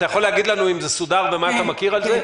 אתה יכול להגיד לנו אם זה סודר ומה אתה יודע על זה?